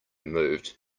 moved